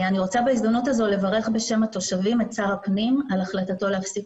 אני רוצה בהזדמנות זו לברך בשם התושבים את שר הפנים על החלטתו להפסיק